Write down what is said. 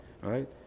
right